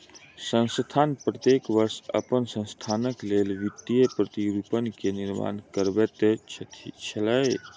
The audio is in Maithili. संस्थान प्रत्येक वर्ष अपन संस्थानक लेल वित्तीय प्रतिरूपण के निर्माण करबैत अछि